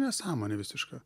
nesąmonė visiška